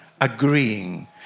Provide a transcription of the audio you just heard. agreeing